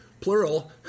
Plural